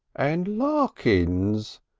and larkins!